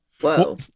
Whoa